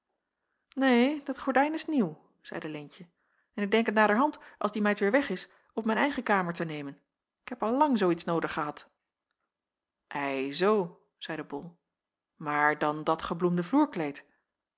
neen dat gordijn is nieuw zeide leentje en ik denk het naderhand als die meid weêr weg is op mijn eigen kamer te nemen ik heb al lang zoo iets noodig gehad ei zoo zeide bol maar dan dat gebloemde vloerkleed